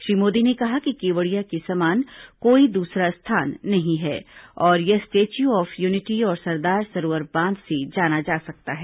श्री मोदी ने कहा कि केवड़िया के समान कोई दूसरा स्थान नहीं है और यह स्टैच्यू ऑफ यूनिटी और सरदार सरोवर बांध से जाना जा सकता है